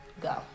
go